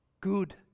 good